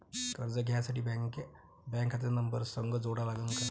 कर्ज घ्यासाठी बँक खात्याचा नंबर संग जोडा लागन का?